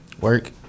Work